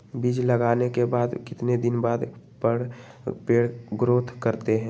बीज लगाने के बाद कितने दिन बाद पर पेड़ ग्रोथ करते हैं?